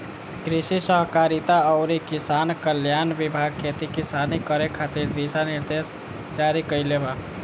कृषि सहकारिता अउरी किसान कल्याण विभाग खेती किसानी करे खातिर दिशा निर्देश जारी कईले बा